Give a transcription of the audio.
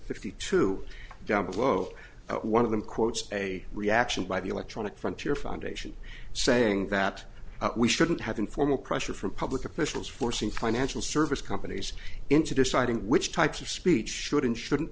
fifty two down below one of them quote a reaction by the electronic frontier foundation saying that we shouldn't have informal pressure from public officials forcing financial service companies into deciding which types of speech should and shouldn't